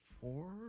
four